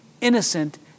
innocent